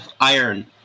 iron